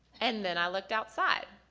and then i looked outside